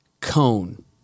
cone